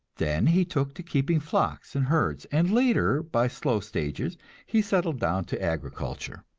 then he took to keeping flocks and herds, and later by slow stages he settled down to agriculture.